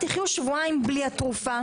תחיו שבועיים בלי התרופה,